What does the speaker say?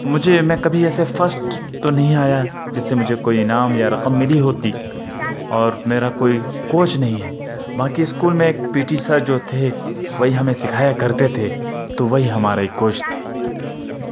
مجھے میں کبھی ایسے فسٹ تو نہیں آیا جس سے مجھے کوئی انعام یا رقم ملی ہوتی اور میرا کوئی کوچ نہیں ہے باقی اسکول میں ایک پی ٹی سر جو تھے وہی ہمیں سکھایا کرتے تھے تو وہی ہمارے کوچ تھے